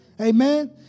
Amen